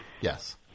Yes